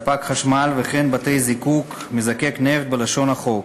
ספק חשמל, וכן בתי-זיקוק, "מזקק נפט" בלשון החוק,